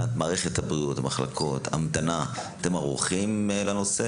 האם במערכת הבריאות ערוכים לנושא